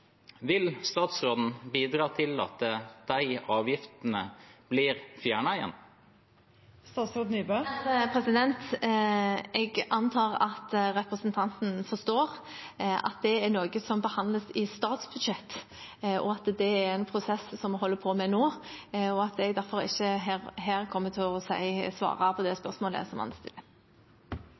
Vil statsråden bidra til at de avgiftene blir fjernet igjen? Jeg antar at representanten forstår at det er noe som behandles i statsbudsjettet, at det er en prosess vi holder på med nå, og at jeg derfor ikke her kommer til å svare på spørsmålet han stiller.